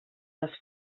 les